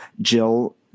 jill